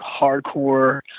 hardcore